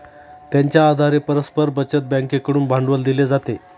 त्यांच्या आधारे परस्पर बचत बँकेकडून भांडवल दिले जाते